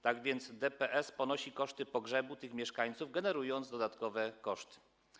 Tak więc to DPS ponosi koszty pogrzebu tych mieszkańców, co generuje dodatkowe koszty.